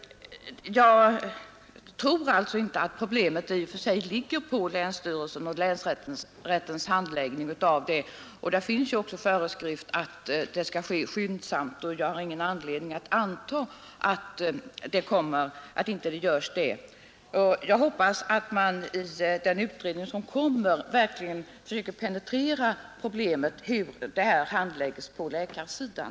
Jag tror alltså inte att problemet i och för sig ligger på länsstyrelsens och länsrättens handläggning av det. Det finns också föreskrifter om att handläggningen skall ske skyndsamt, och jag har ingen anledning anta att det inte görs. Jag hoppas att man i den utredning som kommer verkligen försöker penetrera problemet hur detta handläggs på läkarsidan.